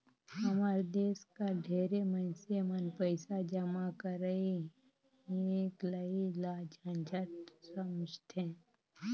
हमर देस कर ढेरे मइनसे मन पइसा जमा करई हिंकलई ल झंझट समुझथें